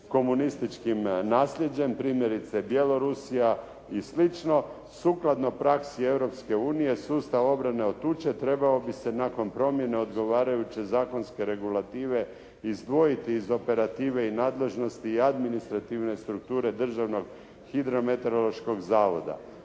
komunističkim nasljeđem primjerice Bjelorusija i slično sukladno praksi Europske unije sustav obrane od tuče trebao bi se nakon promjene odgovarajuće zakonske regulative izdvojiti iz operative i nadležnosti i administrativne strukture Državnog hidrometeorološkog zavoda.